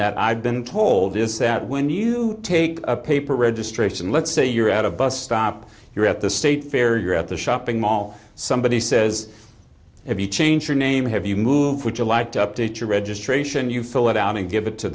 that i've been told is that when you take a paper registration let's say you're at a bus stop you're at the state fair you're at the shopping mall somebody says if you change your name have you move which allowed to update your registration you fill it out and give it to